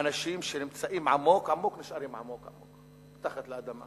האנשים שנמצאים עמוק-עמוק נשארים עמוק-עמוק מתחת לאדמה,